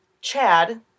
Chad